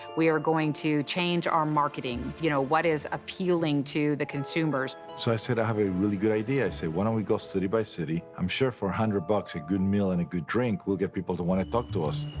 we are going to change our marketing, you know, what is appealing to the consumers? so i said i have a really good idea, why don't we go city by city. i'm sure for a hundred bucks, a good meal and a good drink, we'll get people that want to talk to us.